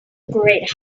great